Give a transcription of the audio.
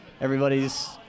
everybody's